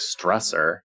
stressor